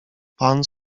pan